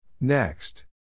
Next